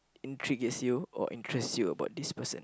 in triggers you or interest you about this person